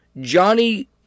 johnny